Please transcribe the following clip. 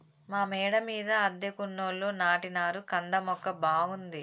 మా మేడ మీద అద్దెకున్నోళ్లు నాటినారు కంద మొక్క బాగుంది